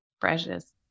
precious